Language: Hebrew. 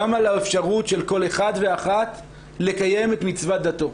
גם על האפשרות של כל אחד ואחת לקיים את מצוות דתו.